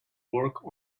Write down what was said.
work